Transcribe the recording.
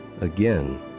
again